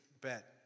Bet